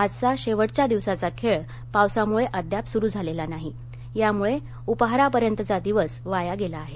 आजचा शेवटच्या दिवसाचा खेळ पावसामुळे अद्याप सुरु झालेला नाही त्यामुळे उपाहारापर्यंतचा दिवस वाया गेला आहे